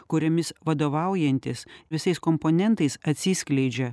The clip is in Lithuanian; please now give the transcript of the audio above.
kuriomis vadovaujantis visais komponentais atsiskleidžia